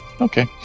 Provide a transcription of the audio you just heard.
Okay